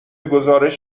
گزارش